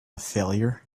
failure